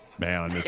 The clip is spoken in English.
Man